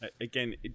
again